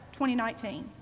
2019